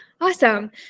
Awesome